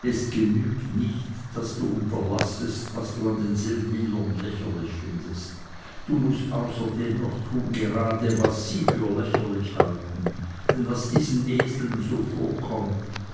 es genügt nicht daß du unterlassest was du an den seldwylern lächerlich findest du mußt außerdem noch tun gerade was sie für lächerlich halten denn was diesen eseln so vorkommt